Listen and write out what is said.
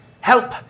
Help